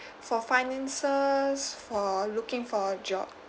for finances for looking for a job